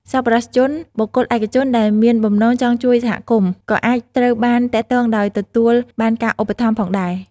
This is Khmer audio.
សប្បុរសជន បុគ្គលឯកជនដែលមានបំណងចង់ជួយសហគមន៍ ក៏អាចត្រូវបានទាក់ទងដើម្បីទទួលបានការឧបត្ថម្ភផងដែរ។